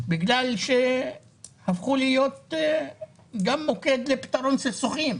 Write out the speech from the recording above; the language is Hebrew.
בגלל שהפכו להיות גם מוקד לפתרון סכסוכים.